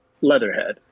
Leatherhead